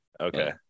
Okay